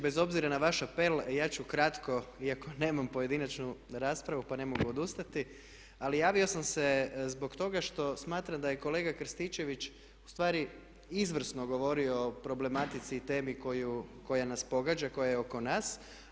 Bez obzira na vaš apel ja ću kratko iako nemam pojedinačnu raspravu pa ne mogu odustati ali javio sam se zbog toga što smatram da je kolega Krstičević ustvari izvrsno govorio o problematici i temi koja nas pogađa, koja je oko nas.